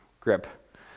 grip